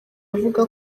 avuga